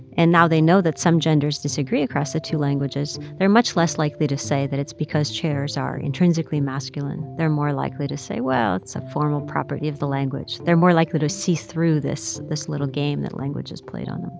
and now they know that some genders disagree across the two languages, they're much less likely to say that it's because chairs are intrinsically masculine. they're more likely to say, well, it's a formal property of the language. they're more likely to see through this this little game that language has played on them